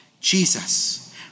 Jesus